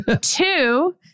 Two